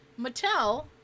Mattel